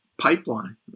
pipeline